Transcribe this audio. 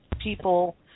people